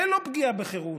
זה לא פגיעה בחירות,